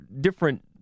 different